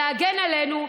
להגן עלינו,